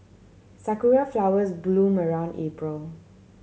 sakura flowers bloom around April